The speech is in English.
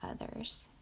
others